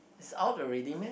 is out already meh